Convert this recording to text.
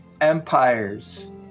empires